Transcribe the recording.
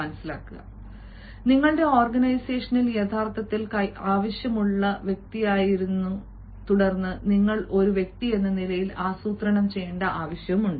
അയാളുടെ ഓർഗനൈസേഷനിൽ യഥാർത്ഥത്തിൽ ആവശ്യമുള്ള വ്യക്തിയായിരുന്നു തുടർന്ന് നിങ്ങൾ ഒരു വ്യക്തി എന്ന നിലയിൽ ആസൂത്രണം ചെയ്യേണ്ട ആവശ്യമുണ്ട്